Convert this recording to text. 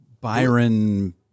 Byron